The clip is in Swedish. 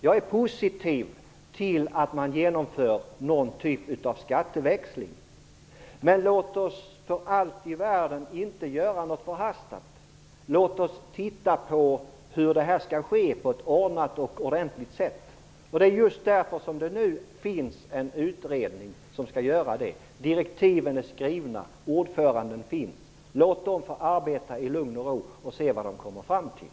Jag är positiv till att man genomför någon typ av skatteväxling. Men låt oss för allt i världen inte göra någonting förhastat. Låt oss titta på hur detta skall ske på ett ordnat och ordentligt sätt. Det är just därför som det är tillsatt en utredning. Direktiven är skrivna och ordföranden är tillsatt. Låt denna utredning få arbeta i lugn och ro, och sedan kan man se vad den kommer fram till.